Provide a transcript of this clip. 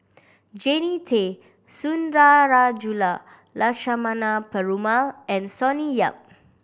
Jannie Tay Sundarajulu Lakshmana Perumal and Sonny Yap